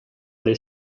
alle